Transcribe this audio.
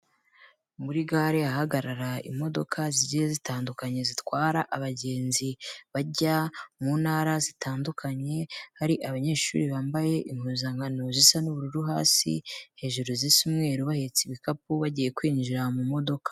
Muri gare aha hagarara imodoka zigiye zitandukanye zitwara abagenzi bajya mu Ntara zitandukanye, hari abanyeshuri bambaye impuzankano zisa n'ubururu hasi hejuru zisa umweru bahetse ibikapu bagiye kwinjira mu modoka.